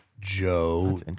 Joe